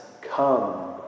come